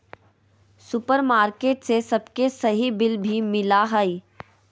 supermarket से सबके सही बिल भी मिला हइ